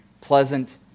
pleasant